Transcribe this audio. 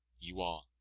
you are